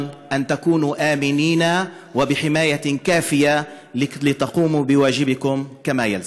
וגם שתהיו בטוחים ומוגנים כראוי לביצוע עבודתכם כנדרש.